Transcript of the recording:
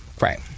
Right